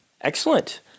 Excellent